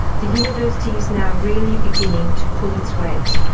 the university is now really beginning to pull its weight,